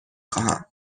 خواهم